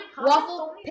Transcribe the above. waffle